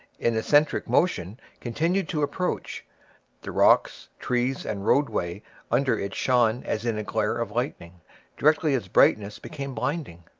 in eccentric motion, continued to approach the rocks, trees, and roadway under it shone as in a glare of lightning directly its brightness became blinding.